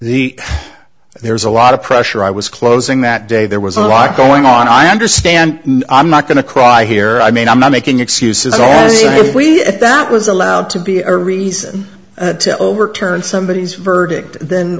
the there's a lot of pressure i was closing that day there was a lot going on i understand i'm not going to cry here i mean i'm not making excuses all that was allowed to be a reason to overturn somebodies verdict then